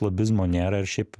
lobizmo nėra ir šiaip